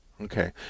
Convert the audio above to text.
Okay